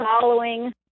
following